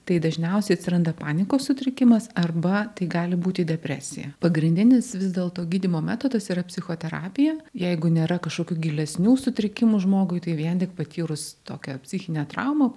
tai dažniausiai atsiranda panikos sutrikimas arba tai gali būti depresija pagrindinis vis dėlto gydymo metodas yra psichoterapija jeigu nėra kažkokių gilesnių sutrikimų žmogui tai vien tik patyrus tokią psichinę traumą